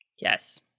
yes